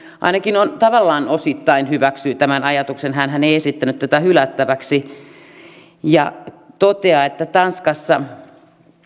ainakin tavallaan osittain hyväksyy tämän ajatuksen hänhän ei esittänyt tätä hylättäväksi ja toteaa että tanskassa